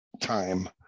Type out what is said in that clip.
time